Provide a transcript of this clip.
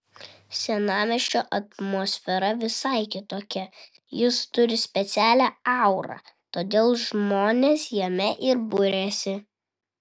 senamiesčio atmosfera visai kitokia jis turi specialią aurą todėl žmonės jame ir buriasi